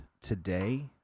today